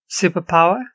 superpower